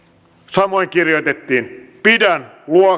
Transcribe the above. samoin kirjoitettiin pidän